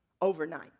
overnight